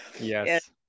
Yes